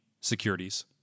securities